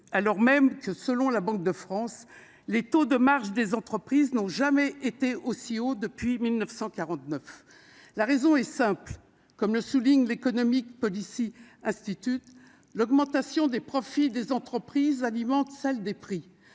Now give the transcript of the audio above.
alors même que, selon la Banque de France, les taux de marge des entreprises n'ont jamais été aussi élevés depuis 1949. La raison en est simple : comme le souligne l', l'augmentation des profits des entreprises alimente celle des prix.